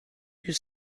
you